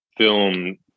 film